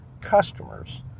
customers